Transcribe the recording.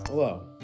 Hello